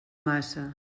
maça